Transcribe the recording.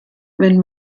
wenn